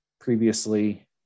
previously